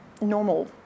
normal